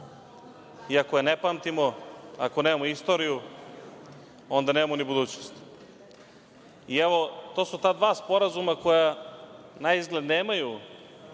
i ako je ne pamtimo, ako nemamo istoriju, onda nemamo ni budućnost. Evo, to su ta dva sporazuma koja naizgled nemaju